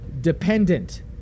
dependent